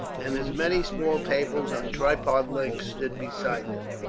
and as many small tables on tripod legs stood beside them.